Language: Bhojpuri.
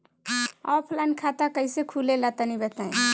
ऑफलाइन खाता कइसे खुले ला तनि बताई?